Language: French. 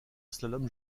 slalom